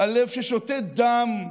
הלב ששותת דם,